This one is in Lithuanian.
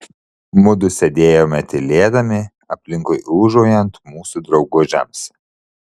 mudu sėdėjome tylėdami aplinkui ūžaujant mūsų draugužiams